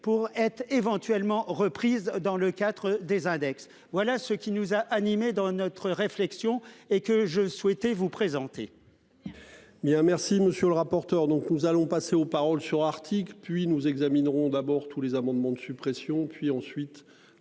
pour être éventuellement. Dans le quatre des index, voilà ce qui nous a animé dans notre réflexion et que je souhaitais vous présenter.